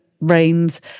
rains